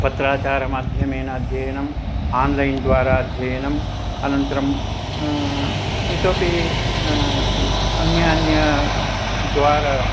पत्राचारमाध्यमेन अध्ययनम् आन्लैन् द्वारा अध्ययनम् अनन्तरम् इतोपि अन्यान्यद्वारा